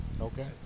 Okay